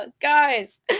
guys